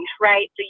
right